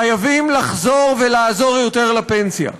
חייבים לחזור ולעזור יותר לפנסיה.